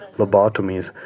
lobotomies